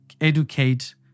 educate